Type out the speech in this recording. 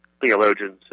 Theologians